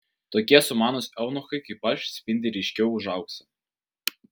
tokie sumanūs eunuchai kaip aš spindi ryškiau už auksą